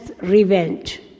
revenge